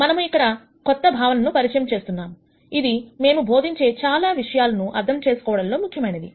మనము ఇక్కడ కొత్త భావనను పరిచయం చేస్తున్నాం ఇది మేము బోధించే చాలా విషయాలను అర్థం చేసుకోవడంలో ముఖ్యమైనది